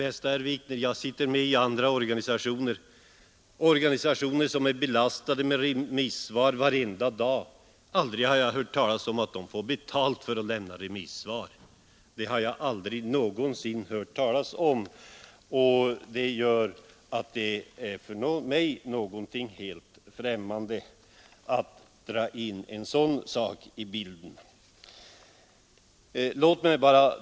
Bästa herr Wikner, jag sitter med i andra organisationer som är belastade med remissvar varenda dag, men aldrig har jag hört talas om att de får betalt för att lämna remissvar. Det är för mig någonting helt främmande att dra in en sådan sak i bilden.